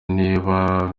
niba